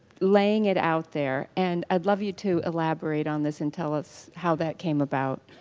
laying it out there and i'd love you to elaborate on this and tell us how that came about.